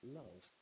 love